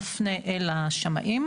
מפנה אל השמאים.